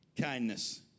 kindness